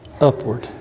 upward